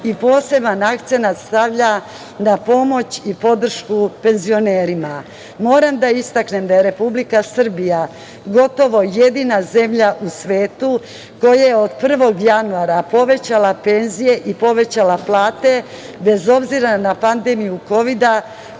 i poseban akcenat stavlja na pomoć i podršku penzionerima. Moram da istaknem da je Republika Srbija gotovo jedina zemlja u svetu koja je od 1. januara povećala penzije i povećala plate, bez obzira na pandemiju kovida